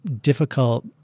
difficult